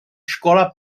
škola